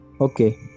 Okay